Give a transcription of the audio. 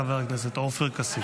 חבר הכנסת עופר כסיף.